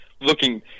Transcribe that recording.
looking